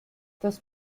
das